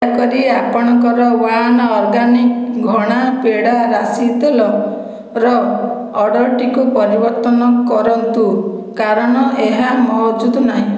ଦୟାକରି ଆପଣଙ୍କର one organic ଘଣା ପେଡ଼ା ରାଶି ତେଲର ଅର୍ଡରଟିକୁ ପରିବର୍ତ୍ତନ କରନ୍ତୁ କାରଣ ଏହା ମହଜୁଦ ନାହିଁ